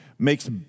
makes